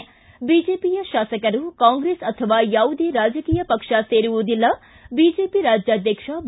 ಿ ಬಿಜೆಪಿಯ ಶಾಸಕರು ಕಾಂಗ್ರೆಸ್ ಅಥವಾ ಯಾವುದೇ ರಾಜಕೀಯ ಪಕ್ಷ ಸೇರುವುದಿಲ್ಲ ಬಿಜೆಪಿ ರಾಜ್ಯಾಧ್ಯಕ್ಷ ಬಿ